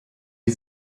die